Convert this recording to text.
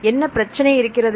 என்ன பிரச்சனை இருக்கிறது